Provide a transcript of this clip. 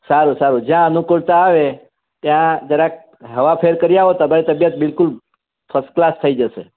સારું સારું જ્યાં અનુકૂળતા આવે ત્યાં જરાક હવા ફેર કરી આવો તમારી તબિયત બિલ્કુલ ફર્સ્ટ ક્લાસ થઈ જશે